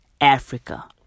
Africa